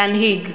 להנהיג.